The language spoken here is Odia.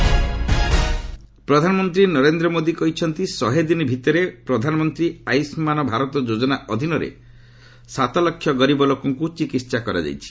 ପିଏମ୍ ଗୁଜରାଟ ପ୍ରଧାନମନ୍ତ୍ରୀ ନରେନ୍ଦ୍ର ମୋଦି କହିଛନ୍ତି ଶହେ ଦିନ ଭିତରେ ପ୍ରଧାନମନ୍ତ୍ରୀ ଆୟୁଷ୍ମାନ୍ ଭାରତ ଯୋଜନା ଅଧୀନରେ ସାତ ଲକ୍ଷ ଗରିବ ଲୋକଙ୍କୁ ଚିକିତ୍ସା କରାଯାଇଛି